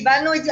קיבלנו את זה,